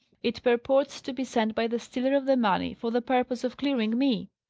it purports to be sent by the stealer of the money for the purpose of clearing me.